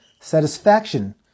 satisfaction